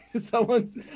someone's